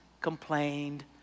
complained